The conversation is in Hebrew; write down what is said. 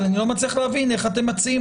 אבל אני לא מצליח להבין איך אתם מציעים